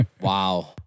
Wow